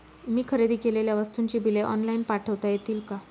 मी खरेदी केलेल्या वस्तूंची बिले ऑनलाइन पाठवता येतील का?